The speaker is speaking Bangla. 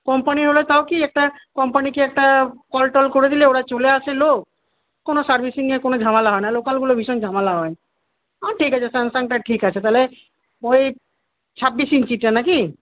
কোম্পানি হলে তাও কি একটা কোম্পানিকে একটা কল টল করে দিলে ওরা চলে আসে লোক কোনো সার্ভিসিং নিয়ে কোনো ঝামেলা হয় না লোকালগুলো ভীষণ ঝামেলা হয় আর ঠিক আছে স্যামসাংটা ঠিক আছে তাহলে তাহলে এই ছাব্বিশ ইঞ্চিরটা নাকি